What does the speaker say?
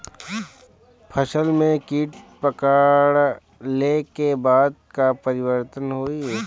फसल में कीट पकड़ ले के बाद का परिवर्तन होई?